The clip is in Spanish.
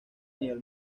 nivel